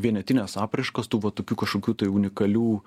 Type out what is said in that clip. vienetinės apraiškos tų va tokių kažkokių tai unikalių